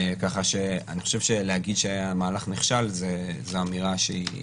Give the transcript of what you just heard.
כך שאני חושב שלהגיד שהמהלך נכשל זו אמירה שהיא